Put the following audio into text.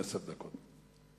עשר דקות.